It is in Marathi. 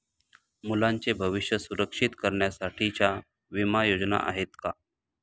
मुलांचे भविष्य सुरक्षित करण्यासाठीच्या विमा योजना आहेत का?